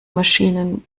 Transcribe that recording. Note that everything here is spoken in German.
maschinen